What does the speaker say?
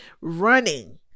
running